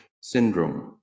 syndrome